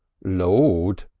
lord!